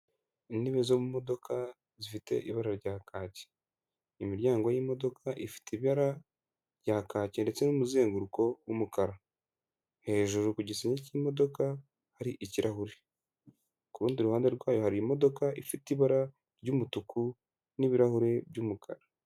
Intebe zo mu modoka zifite ibara rya kaki, imiryango y'imodoka ifite ibara rya kaki ndetse n'umuzenguruko w'umukara, hejuru ku gisenge cy'imodoka hari ikirahure, ku rundi ruhande rwayo hari imodoka ifite ibara ry'umutuku n'ibirahuri by'umukara.